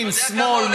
שמאל,